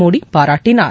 மோடி பாராட்டினார்